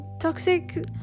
toxic